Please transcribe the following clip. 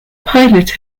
pilot